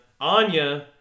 Anya